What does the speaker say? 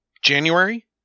January